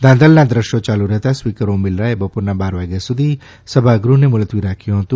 ધાંધલના દ્રશ્યો ચાલુ રહેતા સ્પીકર ઓમ બિરલાએ બપોરના બાર વાગ્યા સુધી સભાગૃહને મુલતવી રાખ્યું હતું